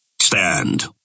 Stand